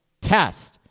test